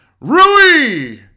Rui